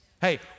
Hey